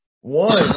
One